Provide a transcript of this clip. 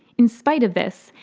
in spite of this,